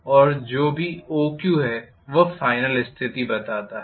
और जो भी OQ है वह फाइनल स्थिति बताता है